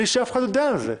בלי שאף אחד יודע על זה?